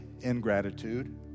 ingratitude